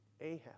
Ahab